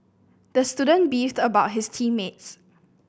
the student beefed about his team mates